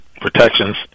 protections